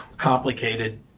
complicated